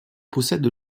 possède